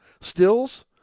Stills